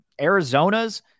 Arizona's